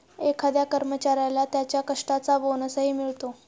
एखाद्या कर्मचाऱ्याला त्याच्या कष्टाचा बोनसही मिळतो